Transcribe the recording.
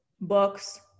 books